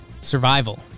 survival